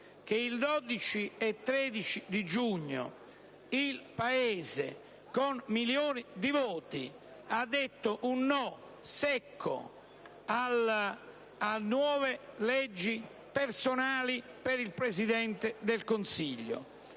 che il 12 e 13 giugno il Paese, con milioni di voti, ha detto un no secco a nuove leggi personali per il Presidente del Consiglio.